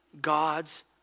God's